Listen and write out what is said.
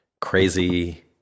crazy